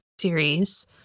series